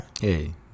Hey